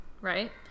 right